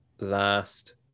last